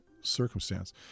circumstance